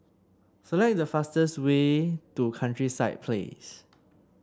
select the fastest way to Countryside Place